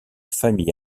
famille